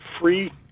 free